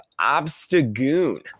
Obstagoon